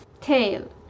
tail